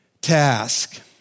task